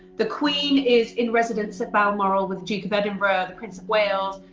the queen is in residence at balmoral with duke of edinburgh, the prince of wales,